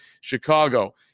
Chicago